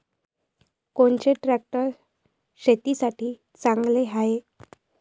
कोनचे ट्रॅक्टर शेतीसाठी चांगले हाये?